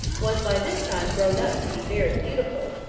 was by this time grown up to be very beautiful,